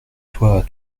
toi